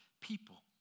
people